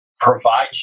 provide